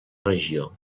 regió